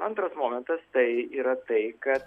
antras momentas tai yra tai kad